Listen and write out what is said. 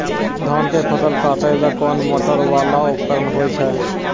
धान के फसल काटैले कोन मोटरवाला उपकरण होय छै?